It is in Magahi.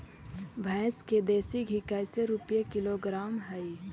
भैंस के देसी घी कैसे रूपये किलोग्राम हई?